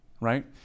right